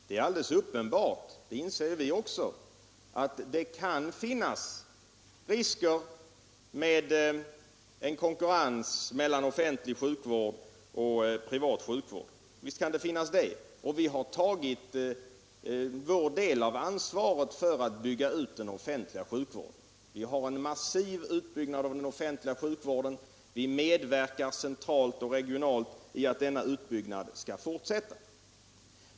Det är alldeles uppenbart, och det inser ju också vi, att det kan finnas risker med en konkurrens mellan offentlig sjukvård och privat sjukvård. Vi har tagit vår del av ansvaret för att bygga ut den offentliga sjukvården. Det sker en massiv utbyggnad av den offentliga sjukvården, och vi medverkar centralt och regionalt för att denna utbyggnad skall fortsätta.